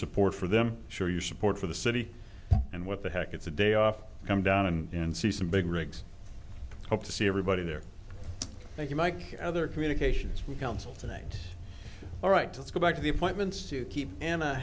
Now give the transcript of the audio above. support for them sure you support for the city and what the heck it's a day off come down and see some big rigs hope to see everybody there thank you mike other communications from council tonight all right let's go back to the appointments to keep an